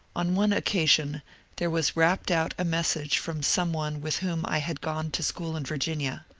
on one occasion there was rapped out a message from some one with whom i had gone to school in virginia.